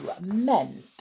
meant